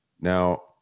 Now